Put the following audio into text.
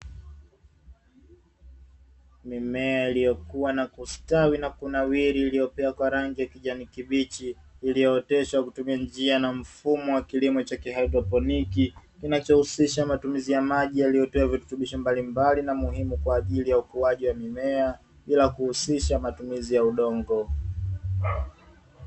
Mimea iliyokuwa na kustawi na kunawiri iliyopea kwa rangi ya kijani kibichi, iliyooteshwa kwa kutumia njia na mfumo wa kilimo cha ki haidroponi, kinachohusisha matumizi ya maji yaliyotiwa virutubisho mbalimbali na muhimu kwa ajili ya ukuaji wa mimea bila kuhusisha matumizi ya udongo.